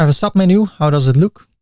um the submenu, how does it look?